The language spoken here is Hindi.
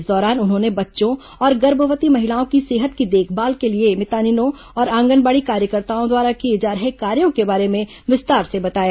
इस दौरान उन्होंने बच्चों और गर्भवती महिलाओं की सेहत की देखभाल के लिए मितानिनों और आंगनबाड़ी कार्यकर्ताओं द्वारा किए जा रहे कार्यों के बारे में विस्तार से बताया